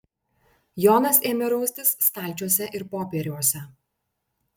jonas ėmė raustis stalčiuose ir popieriuose